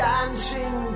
Dancing